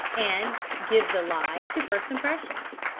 and give the lie to first impressions.